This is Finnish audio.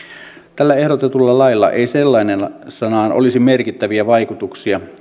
tällä ehdotetulla lailla ei sellaisenaan olisi merkittäviä vaikutuksia